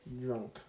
drunk